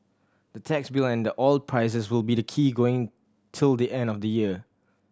the tax bill and the oil prices will be the key going till the end of the year